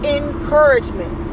encouragement